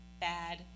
bad